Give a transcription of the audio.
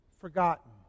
forgotten